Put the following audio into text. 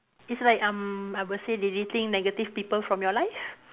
it's like um I would say deleting negative people from your life